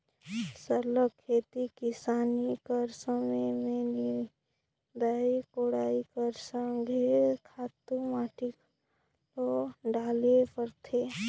सरलग खेती किसानी कर समे समे में निंदई कोड़ई कर संघे खातू माटी घलो डाले ले परथे